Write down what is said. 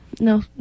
No